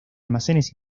almacenes